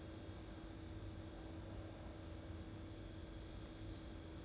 他有那个 like 给给给你 credit for each household I think